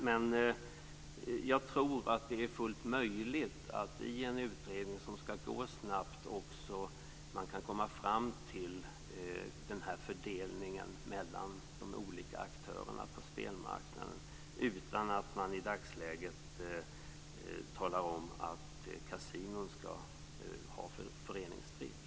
Men jag tror att det är fullt möjligt att i en utredning som skall gå snabbt komma fram till den här fördelningen mellan de olika aktörerna på spelmarknaden utan att man i dagsläget talar om att kasinon skall ha föreningsdrift.